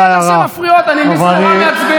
זה בסדר שמפריעות, אני מבין שזה נורא מעצבן.